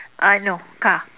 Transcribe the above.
uh no car